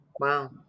Wow